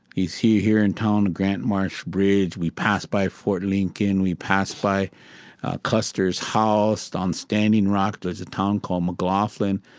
you see here in town grant marsh bridge. we pass by fort lincoln. we pass by custer's house. on standing rock, there's a town called mclaughlin.